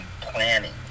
planning